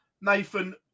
Nathan